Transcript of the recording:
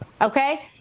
Okay